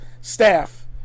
staff